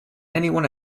anyone